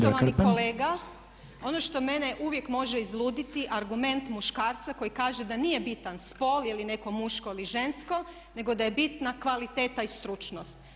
Poštovani kolega, ono što mene uvijek može izluditi argument muškarca koji kaže da nije bitan spol, je li netko muško ili žensko nego da je bitna kvaliteta i stručnost.